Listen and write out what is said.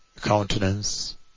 countenance